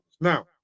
now